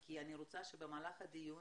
כי אני רוצה שבמהלך הדיון